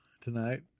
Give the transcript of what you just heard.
tonight